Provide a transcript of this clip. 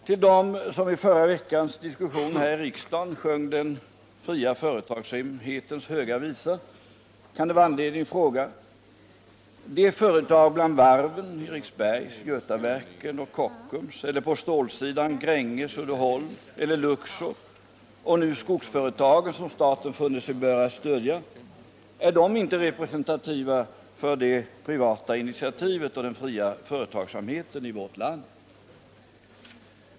Till dem som i förra veckans diskussion här i riksdagen sjöng den fria företagsamhetens höga visa kan det finnas anledning att ställa frågan: De företag bland varven, Eriksberg, Götaverken och Kockums, eller på stålsidan, Gränges, Uddeholm eller Luxor, och nu skogsföretagen, som staten funnit sig böra stödja, är de inte representativa för det privata initiativet och den fria företagsamheten i vårt land?